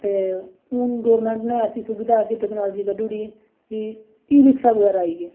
ते हून गौरमैंट नै ऐसी सुविध ऐसी टैक्नालजी कड्ढुड़ी कि इ रिक्शा बगैरा आई ए